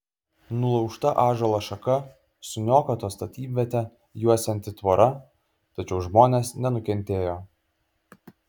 nulaužta ąžuolo šaka suniokota statybvietę juosianti tvora tačiau žmonės nenukentėjo